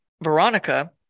Veronica